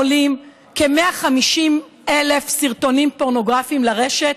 עולים כ-150,000 סרטונים פורנוגרפיים לרשת?